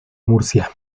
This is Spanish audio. murcia